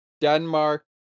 Denmark